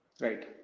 Right